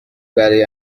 برای